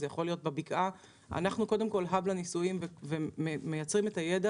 אנחנו "האב" לניסויים ומייצרים את הידע,